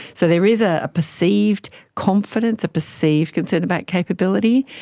so there is a a perceived confidence, a perceived concern about capability,